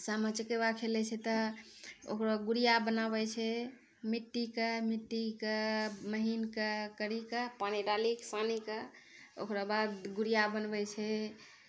सामा चकेबा खेलै छै तऽ ओकरो गुड़िआ बनाबै छै मिट्टीके मिट्टीके महीनके करिकऽ पानी डालिकऽ सानिकऽ ओकराबाद गुड़िआ बनबै छै